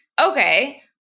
Okay